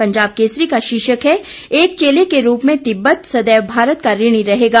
पंजाब केसरी का शीर्षक है एक चेले के रूप में तिब्बत सदैव भारत का ऋणी रहेगा